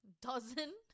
Dozen